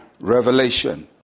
revelation